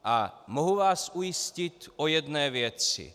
A mohu vás ujistit o jedné věci.